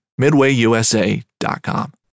MidwayUSA.com